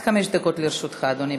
עד חמש דקות לרשותך, אדוני.